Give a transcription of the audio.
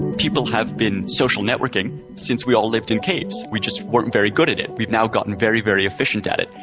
people have been social networking since we all lived in caves. we just weren't very good at it we've now gotten very, very efficient at it.